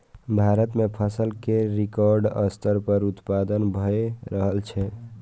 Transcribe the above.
भारत मे फसल केर रिकॉर्ड स्तर पर उत्पादन भए रहल छै